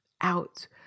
out